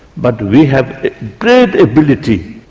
but we have a great ability,